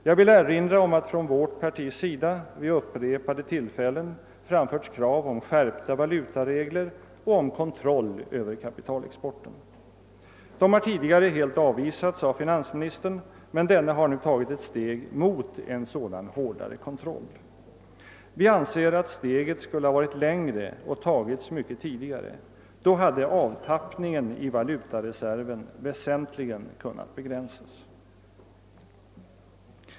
Jag vill erinra om att från vårt partis sida vid upprepade tillfällen framförts krav om skärpta valutaregler och om kontroll över kapitalexporten. De har tidigare helt avvisats av finansministern, men denne har nu tagit ett steg mot en sådan hårdare kontroll. Vi anser att steget skulle ha varit längre och tagits mycket tidigare. Då hade avtappningen av valutareserven väsentligen kunnat begränsas.